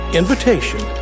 invitation